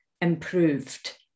improved